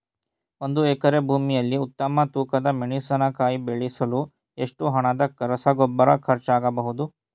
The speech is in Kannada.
ಒಂದು ಎಕರೆ ಭೂಮಿಯಲ್ಲಿ ಉತ್ತಮ ತೂಕದ ಮೆಣಸಿನಕಾಯಿ ಬೆಳೆಸಲು ಎಷ್ಟು ಹಣದ ರಸಗೊಬ್ಬರ ಖರ್ಚಾಗಬಹುದು?